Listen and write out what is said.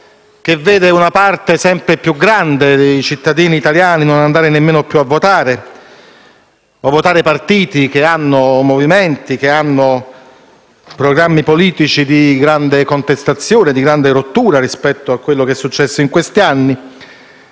e vede una parte sempre più grande dei cittadini italiani non andare nemmeno più a votare o votare partiti e movimenti che hanno programmi politici di grande contestazione e di grande rottura rispetto a quanto è successo negli ultimi anni.